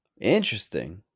Interesting